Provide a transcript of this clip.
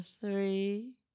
three